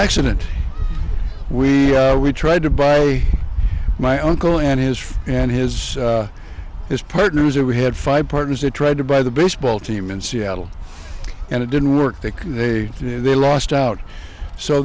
accident we we tried to buy my uncle and his and his his partners or we had five partners that tried to buy the baseball team in seattle and it didn't work that they lost out so